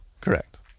correct